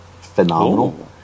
phenomenal